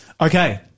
Okay